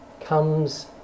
comes